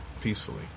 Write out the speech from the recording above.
peacefully